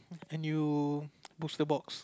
and you poster box